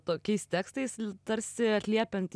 tokiais tekstais tarsi atliepiant